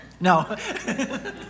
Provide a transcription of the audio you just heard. no